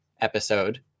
episode